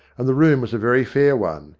and the room was a very fair one,